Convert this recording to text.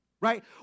right